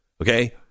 okay